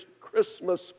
Christmas